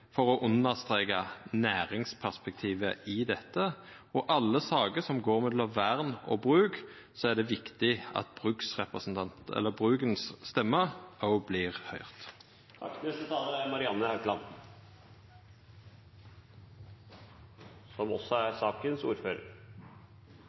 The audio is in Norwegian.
for å understreka næringsperspektivet i dette. Og i alle saker som går mellom vern og bruk, er det viktig at brukens stemme òg vert høyrt. Regjeringspartiene forstår utfordringen knyttet til statens dekningsgrad etter kravene som er